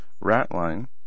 Ratline